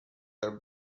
are